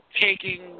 taking